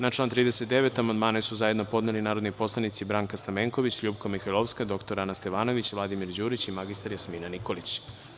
Na član 39. amandman su zajedno podneli narodni poslanici Branka Stamenković, LJupka Mihajlovska, dr Ana Stevanović, Vladimir Đurić i mr Jasmina Nikolić.